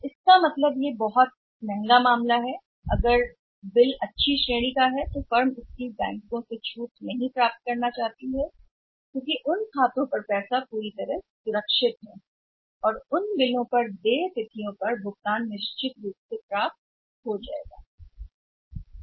तो इसका मतलब है कि यह बहुत महंगा मामला है अगर बिल की अच्छी श्रेणी है तो क्या होगा फर्म बैंकों से छूट प्राप्त नहीं करना चाहते हैं क्योंकि उन खातों पर पैसा खोना है प्राप्य जो पूरी तरह से सुरक्षित हैं और उन बिलों पर देय तिथियों पर भुगतान निश्चित रूप से है या यह निश्चित है कि भुगतान प्राप्त हो जाएगा पर आने के लिए बाध्य है